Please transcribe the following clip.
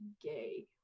gay